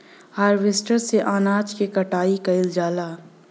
harvester से अनाज के कटाई कइल जाला